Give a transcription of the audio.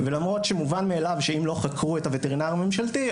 ולמרות שמובן מאליו שאם לא חקרו את הווטרינר הממשלתי,